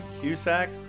Cusack